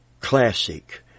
classic